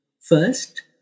first